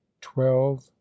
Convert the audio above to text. twelve